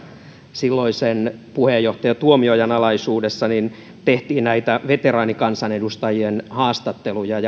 silloisen puheenjohtajan tuomiojan alaisuudessa niin tehtiin näitä veteraanikansanedustajien haastatteluja